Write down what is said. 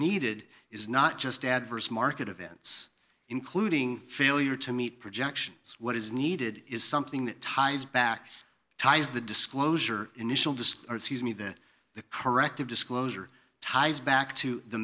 needed is not just adverse market events including failure to meet projections what is needed is something that ties back ties the disclosure initial disc or excuse me that the corrective disclosure ties back to the